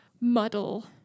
muddle